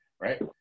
right